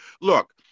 Look